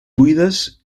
buides